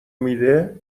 میده